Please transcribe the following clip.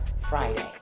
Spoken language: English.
Friday